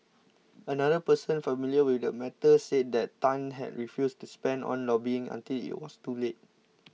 another person familiar with the matter said that Tan had refused to spend on lobbying until it was too late